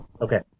Okay